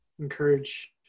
encourage